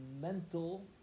mental